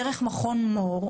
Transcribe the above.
דרך מכון מור,